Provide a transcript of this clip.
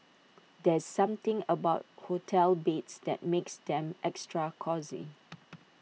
there's something about hotel beds that makes them extra cosy